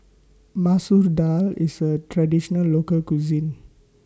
Masoor Dal IS A Traditional Local Cuisine